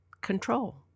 Control